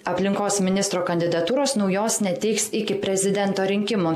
aplinkos ministro kandidatūros naujos neteiks iki prezidento rinkimų